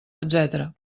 etc